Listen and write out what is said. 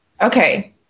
Okay